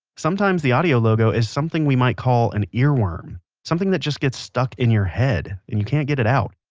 sometimes the audio logo is something we might call an earworm something that just gets stuck in your head and you can't get it out.